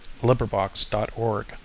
LibriVox.org